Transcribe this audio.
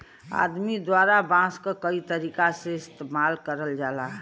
आदमी द्वारा बांस क कई तरीका से इस्तेमाल करल जाला